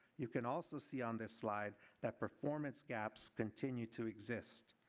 you can also see on this slide that performance gaps continue to exist.